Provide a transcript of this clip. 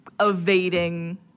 evading